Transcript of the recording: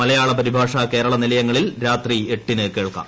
മലയാള പരിഭാഷ കേരള നിലയങ്ങളിൽ രാത്രി എട്ടിന് കേൾക്കാം